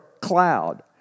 cloud